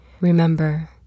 Remember